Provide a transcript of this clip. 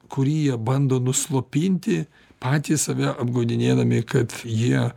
kurį jie bando nuslopinti patys save apgaudinėdami kad jie